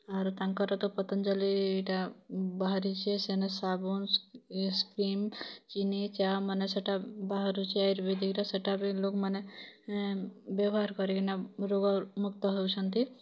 ଆରୁ ତାଙ୍କର ତ ପତଞ୍ଜଳିଟା ବାହାରିଛେ ସେନେ ସାବୁନ୍ କ୍ରିମ୍ ଚିନି ଚା' ମାନେ ସେଟା ବାହାରୁଛେ ଆର୍ୟ୍ୟୁବେଦିକ୍ର ସେଟା ବି ଲୋକ୍ମାନେ ବ୍ୟବହାର୍ କରିକିନା ରୋଗମୁକ୍ତ ହଉଛନ୍ତି